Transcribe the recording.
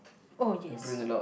oh yes